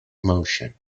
motion